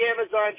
Amazon